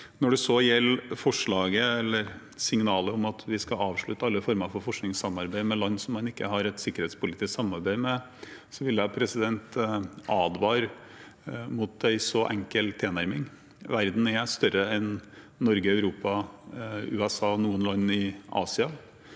Når det gjelder signalet om å avslutte alle former for forskningssamarbeid med land som vi ikke har et sikkerhetspolitisk samarbeid med, vil jeg advare mot en så enkel tilnærming. Verden er større enn Norge, Europa, USA og noen land i Asia.